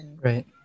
Right